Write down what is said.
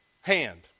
hand